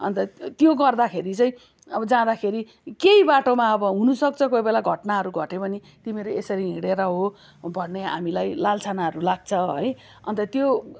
अन्त त्यो गर्दाखेरि चाहिँ अब जाँदाखेरि केही बाटोमा अब हुनु सक्छ कोही घटनाहरू घट्यो भने तिमीहरू यसरी हिँडेर हो भन्ने हामीलाई लाञ्छानाहरू लाग्छ है अन्त त्यो त्यो